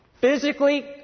physically